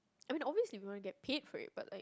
I mean obviously we want to get paid for it but like